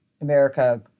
america